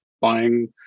buying